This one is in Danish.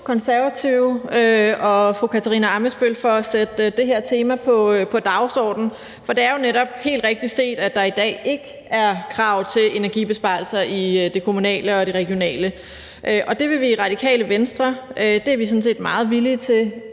Konservative og fru Katarina Ammitzbøll for at sætte det her tema på dagsordenen. For det er jo netop helt rigtigt set, at der i dag ikke er krav til energibesparelser i det kommunale og det regionale. Og det vil vi i Radikale Venstre sådan set være meget villige til